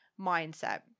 mindset